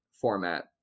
format